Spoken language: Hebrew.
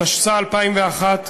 התשס"א 2001,